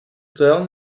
tell